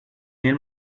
nel